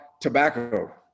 tobacco